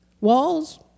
Walls